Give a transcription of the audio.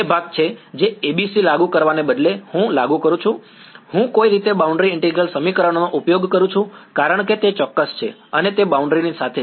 તે ભાગ છે જે ABC લાગુ કરવાને બદલે હું લાગુ કરું છું હું કોઈક રીતે બાઉન્ડ્રી ઇન્ટિગ્રલ સમીકરણોનો ઉપયોગ કરું છું કારણ કે તે ચોક્કસ છે અને તે બાઉન્ડ્રી ની સાથે છે